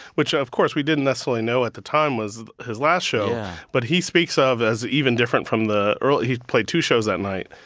which, of course, we didn't necessarily know at the time was his last show yeah but he speaks ah of it as even different from the early he played two shows that night.